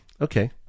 okay